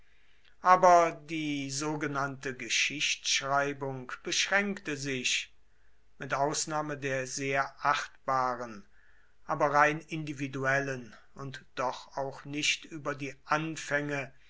aber die sogenannte geschichtschreibung beschränkte sich mit ausnahme der sehr achtbaren aber rein individuellen und doch auch nicht über die anfänge